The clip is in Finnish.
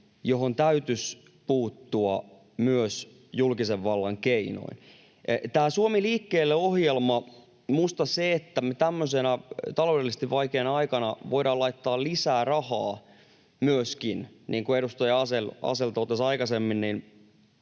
johon täytyisi puuttua myös julkisen vallan keinoin. Tämä Suomi liikkeelle ‑ohjelma on sellainen keino. Minusta se, että me tämmöisenä taloudellisesti vaikeana aikana voidaan laittaa lisää rahaa, niin kuin edustaja Asell totesi aikaisemmin,